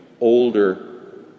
older